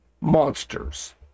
monsters